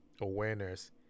awareness